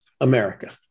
America